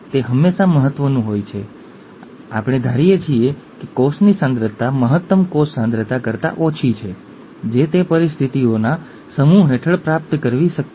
યાદ રાખો કે આ એક સાદો અંદાજ છે તેમાં ભિન્નતાઓ શક્ય છે જ્યારે આપણે તેમની પાસે આવીશું ત્યારે આપણે તેમને દર્શાવીશું